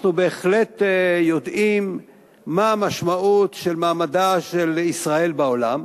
אנחנו בהחלט יודעים מה המשמעות של מעמדה של ישראל בעולם,